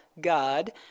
God